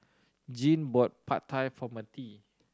Jeane bought Pad Thai for Mertie